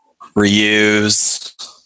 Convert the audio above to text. reuse